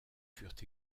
furent